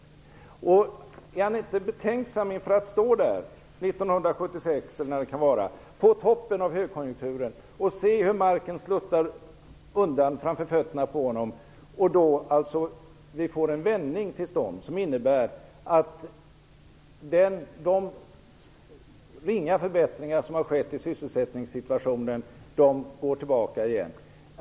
Är han inte betänksam inför att stå där 1996, på toppen av högkonjunkturen, och se hur marken sluttar framför fötterna på honom och vi får en vändning till stånd, som innebär att de ringa förbättringar som har skett i sysselsättningssituationen går tillbaka igen?